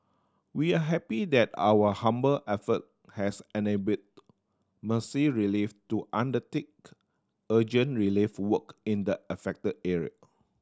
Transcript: we are happy that our humble effort has enabled Mercy Relief to undertake urgent relief work in the affected area